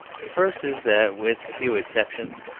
the first is that, with few exceptions,